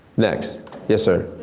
next yes sir?